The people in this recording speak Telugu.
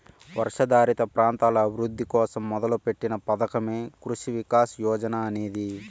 వర్షాధారిత ప్రాంతాల అభివృద్ధి కోసం మొదలుపెట్టిన పథకమే కృషి వికాస్ యోజన అనేది